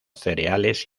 cereales